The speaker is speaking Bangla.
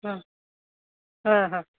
হুম হ্যাঁ হ্যাঁ